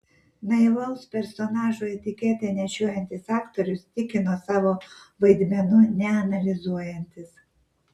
naivaus personažo etiketę nešiojantis aktorius tikino savo vaidmenų neanalizuojantis